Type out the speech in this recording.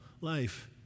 life